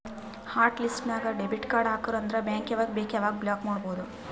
hot list ನಾಗ್ debit card ಹಾಕುರ್ ಅಂದುರ್ ಬ್ಯಾಂಕ್ ಯಾವಾಗ ಬೇಕ್ ಅವಾಗ ಬ್ಲಾಕ್ ಮಾಡ್ಬೋದು